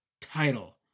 title